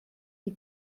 die